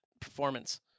performance